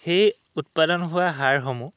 সেই উৎপাদন হোৱা সাৰসমূহ